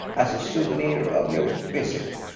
as a souvenir of your visit.